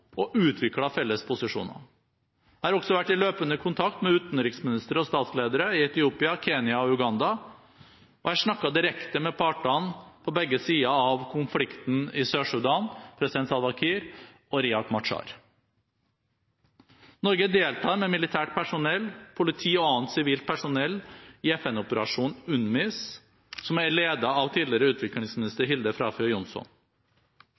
og utviklet felles posisjoner. Jeg har også vært i løpende kontakt med utenriksministre og statsledere i Etiopia, Kenya og Uganda. Jeg har snakket direkte med partene på begge sider av konflikten i Sør-Sudan, president Salva Kiir og Riek Machar. Norge deltar med militært personell, politi og annet sivilt personell i FN-operasjonen UNMISS, som er ledet av tidligere utviklingsminister Hilde Frafjord Johnson.